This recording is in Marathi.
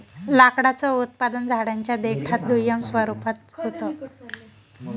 लाकडाचं उत्पादन झाडांच्या देठात दुय्यम स्वरूपात होत